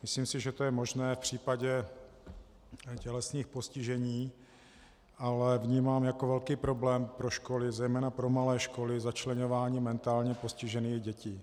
Myslím si, že to je možné v případě tělesných postižení, ale vnímám jako velký problém pro školy, zejména pro malé školy, začleňování mentálně postižených dětí.